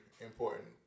important